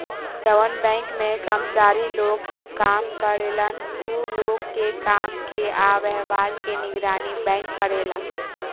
जवन बैंक में कर्मचारी लोग काम करेलन उ लोग के काम के आ व्यवहार के निगरानी बैंक करेला